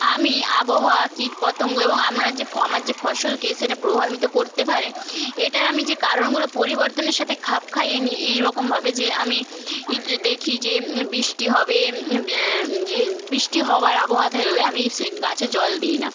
আমি আবহাওয়া কীটপতঙ্গ এবং আমরা যে ফ আমরা যে ফসলকে সেটা প্রভাবিত করতে পারে এটার আমি যে কারণগুলো পরিবর্তনের সাথে খাপ খাইয়ে নিই এই রকমভাবে যে আমি যে দেখি যে বৃষ্টি হবে যে বৃষ্টি হওয়ার আবহাওয়া থাকলে আমি সে গাছে জল দিই না